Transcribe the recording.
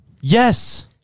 Yes